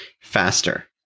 faster